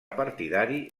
partidari